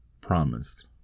promised